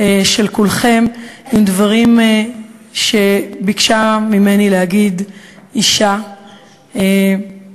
של כולכם עם דברים שביקשה ממני להגיד אישה רגילה,